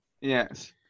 Yes